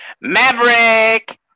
Maverick